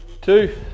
two